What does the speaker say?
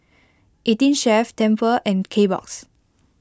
eighteen Chef Tempur and Kbox